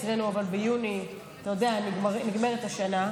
אצלנו ביוני נגמרת השנה,